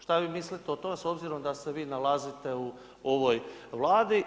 Šta mvi mislite o tome s obzirom da se vi nalazite u ovoj Vladi?